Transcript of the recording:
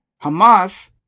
hamas